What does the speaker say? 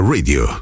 Radio